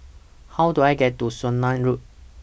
How Do I get to Swanage Road